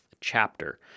chapter